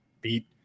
beat